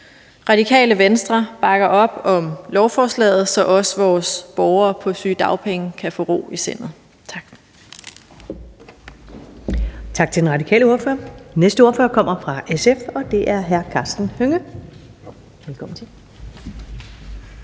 Radikale Venstre bakker op om lovforslaget, så også vores borgere på sygedagpenge kan få ro i sindet. Tak.